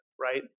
right